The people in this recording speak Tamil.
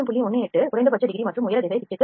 18 குறைந்தபட்ச டிகிரி மற்றும் உயர திசை pitch க்கு 0